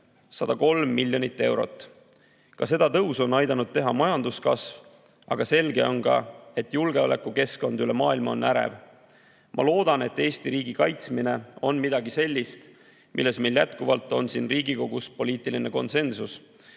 103 miljonit eurot. Ka seda tõusu on aidanud teha majanduskasv. Aga selge on ka, et julgeolekukeskkond kogu maailmas on ärev. Ma loodan, et Eesti riigi kaitsmine on midagi sellist, milles meil on siin Riigikogus edaspidigi poliitiline konsensus,